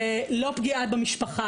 לא פגיעה במשפחה,